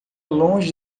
longe